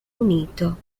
unito